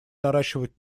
наращивать